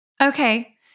Okay